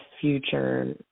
future